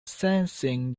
sensing